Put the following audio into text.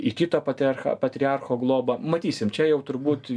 į kito patriarch patriarcho globą matysim čia jau turbūt